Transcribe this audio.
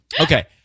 Okay